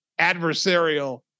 adversarial